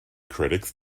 critics